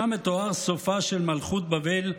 שם מתואר סופה של מלכות בבל,